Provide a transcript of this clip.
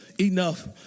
enough